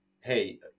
hey